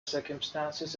circumstances